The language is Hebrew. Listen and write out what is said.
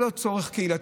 זה לא רק צורך קהילתי,